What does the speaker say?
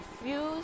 refuse